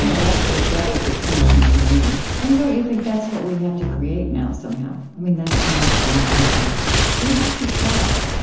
that's the that is the tension for me and don't you think that's what we have to create now somehow? i mean, that's the next innovation we have to try.